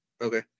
Okay